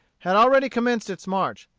had already commenced its march,